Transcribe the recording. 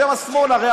אתם השמאל הרי,